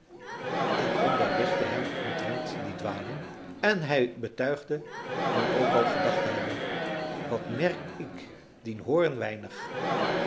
ik onderrichtte hem omtrent die dwaling en hij betuigde dan ook al gedacht te hebben wat merk ik dien hoorn weinig